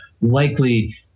likely